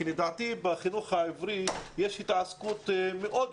כי לדעתי, בחינוך העברי, יש התעסקות מאוד גדולה.